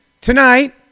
tonight